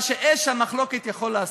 מה שאש המחלוקת יכולה לעשות.